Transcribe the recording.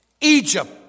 Egypt